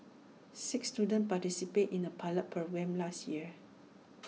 six students participated in A pilot programme last year